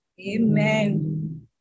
Amen